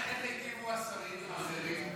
איך הגיבו השרים האחרים?